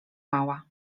mała